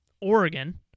Oregon